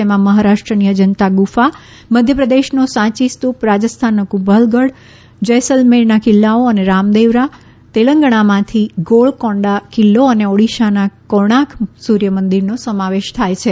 જેમાં મહારાષ્ટ્રન ી અજંતા ગુફા મધ્ય પ્રદેશનો સાંચિ સ્તૂપ રાજસ્થાનના કુંભલગઢ જૈસલમેર કિલ્લાઓ અને રામદેવરા તેલંગાણામાંથી ગોળકોંડા કિલ્લો અને ઓડિશાનું કોણાર્ક સૂર્ય મંદિરનો સમાવેશ થાય છે